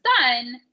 done